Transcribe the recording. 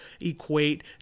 equate